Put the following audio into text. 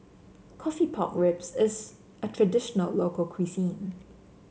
coffee Pork Ribs is a traditional local cuisine